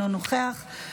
אינו נוכח.